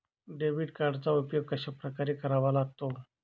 Debit कार्डचा उपयोग कशाप्रकारे करावा लागतो?